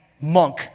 monk